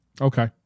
Okay